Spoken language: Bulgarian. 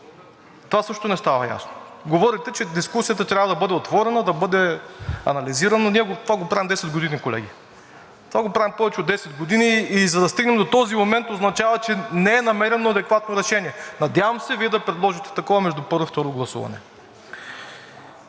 Това също не стана ясно. Говорите, че дискусията трябва да бъде отворена, да бъде анализирана, а ние това го правим 10 години, колеги, това правим повече от 10 години. За да стигнем до този момент, означава, че не е намерено адекватно решение, надявам се, Вие да предложите такова между първо и второ гласуване.